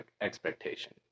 expectation